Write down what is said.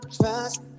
trust